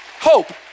hope